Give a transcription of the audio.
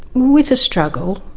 with a struggle.